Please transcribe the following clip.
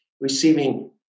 receiving